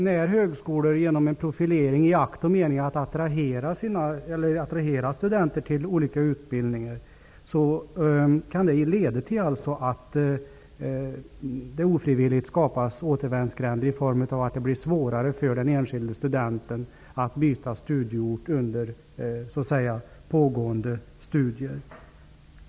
När högskolor profilerar sig i akt och mening att attrahera studenter till olika utbildningar kan det leda till att det ofrivilligt skapas återvändsgränder som innebär att det blir svårare för den enskilde studenten att byta studieort under pågående studier.